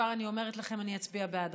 כבר אני אומרת לכם, אני אצביע בעד